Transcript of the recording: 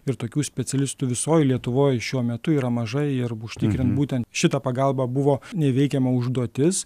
ir tokių specialistų visoj lietuvoj šiuo metu yra mažai ir užtikrint būtent šitą pagalbą buvo neįveikiama užduotis